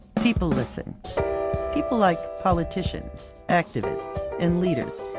people listen people like politicians, activists and leaders.